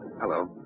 Hello